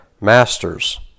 masters